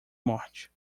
morte